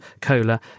cola